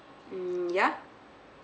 mm ya